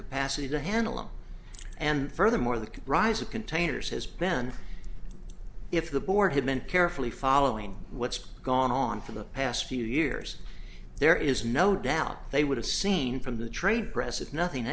capacity to handle them and furthermore the rise of containers has been if the board had been carefully following what's gone on for the past few years there is no doubt they would have seen from the trade press if nothing